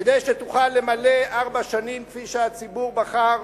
כדי שתוכל למלא ארבע שנים כפי שהציבור בחר,